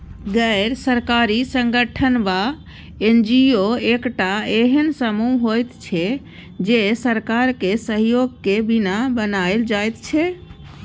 गैर सरकारी संगठन वा एन.जी.ओ एकटा एहेन समूह होइत छै जे सरकारक सहयोगक बिना बनायल जाइत छै